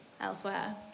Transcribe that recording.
elsewhere